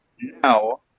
now